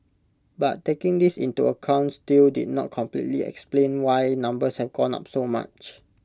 but taking this into account still did not completely explain why numbers have gone up so much